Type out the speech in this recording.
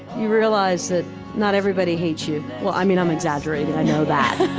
you realize that not everybody hates you. well, i mean, i'm exaggerating. i know that.